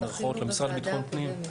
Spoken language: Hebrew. למשרד לביטחון פנים.